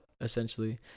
essentially